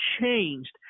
changed